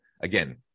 again